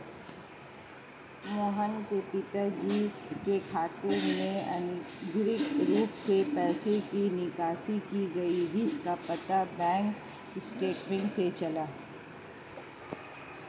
मोहन के पिताजी के खाते से अनधिकृत रूप से पैसे की निकासी की गई जिसका पता बैंक स्टेटमेंट्स से चला